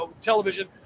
television